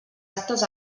actes